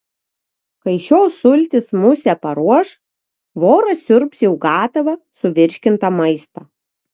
kai šios sultys musę paruoš voras siurbs jau gatavą suvirškintą maistą